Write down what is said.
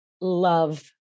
love